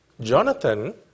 Jonathan